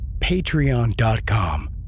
patreon.com